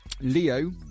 Leo